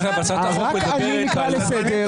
רק אני נקרא לסדר.